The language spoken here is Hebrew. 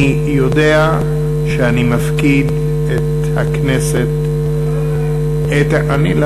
אני יודע שאני מפקיד את הכנסת, אבל לא למהר, פואד.